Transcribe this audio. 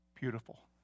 beautiful